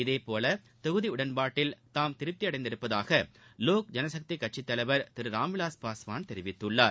இதேபோல தொகுதி உடன்பாட்டில் தாம் திருப்தியடைந்துள்ளதாக லோக் ஜனசக்தி கட்சி தலைவர் திரு ராம்விலாஸ் பாஸ்வான் தெரிவித்துள்ளார்